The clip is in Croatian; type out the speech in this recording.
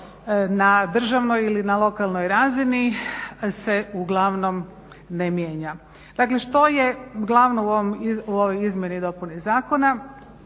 na državnoj ili na lokalnoj razini se uglavnom ne mijenja. Dakle, što je glavno u ovoj izmjeni i dopuni zakona?